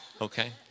Okay